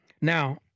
Now